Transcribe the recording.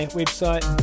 website